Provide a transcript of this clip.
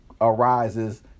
arises